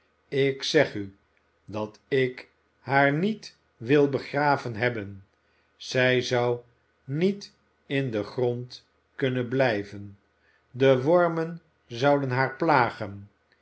ik zeg u dat ik haar niet wil begraven hebben zij zou niet in den grond kunnen blijven de wormen zouden haar plagen